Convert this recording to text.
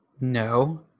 No